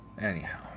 Anyhow